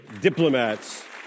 diplomats